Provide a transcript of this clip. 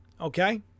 okay